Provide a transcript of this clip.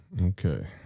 Okay